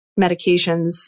medications